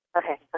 okay